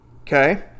Okay